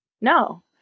no